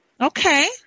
Okay